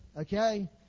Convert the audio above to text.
Okay